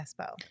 Espo